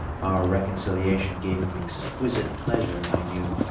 our reconciliation gave him exquisite pleasure, i knew.